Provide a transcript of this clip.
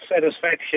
satisfaction